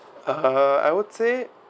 uh I would say